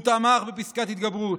הוא תמך בפסקת התגברות,